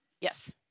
Yes